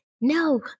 no